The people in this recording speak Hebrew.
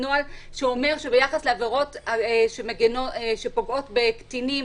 שיוציאו נוהל שאומר שביחס לעבירות שפוגעות בקטינים,